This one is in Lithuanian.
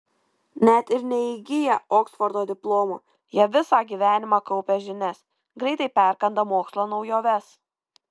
net ir neįgiję oksfordo diplomo jie visą gyvenimą kaupia žinias greitai perkanda mokslo naujoves